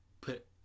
put